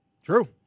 True